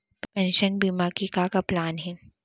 Pension बीमा के का का प्लान हे?